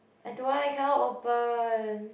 I don't want I cannot open